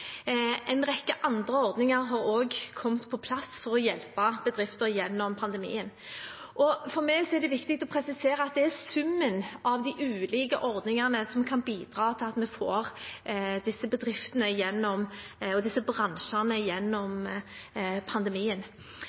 En rekke andre ordninger har også kommet på plass for å hjelpe bedrifter gjennom pandemien. For meg er det viktig å presisere at det er summen av de ulike ordningene som kan bidra til at vi får disse bedriftene og disse bransjene gjennom pandemien.